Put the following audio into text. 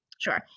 sure